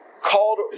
called